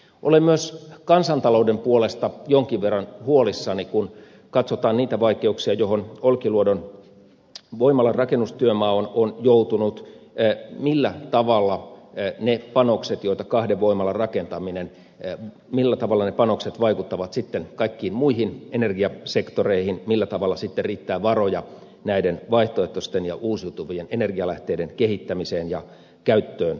olen myös kansantalouden puolesta jonkin verran huolissani kun katsotaan niitä vaikeuksia joihin olkiluodon voimalarakennustyömaa on joutunut millä tavalla ne panokset joita kahden voimalan rakentamiseen tarvitaan vaikuttavat sitten kaikkiin muihin energiasektoreihin millä tavalla sitten riittää varoja näiden vaihtoehtoisten ja uusiutuvien energialähteiden kehittämiseen ja käyttöönottoon